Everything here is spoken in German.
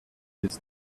des